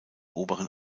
oberen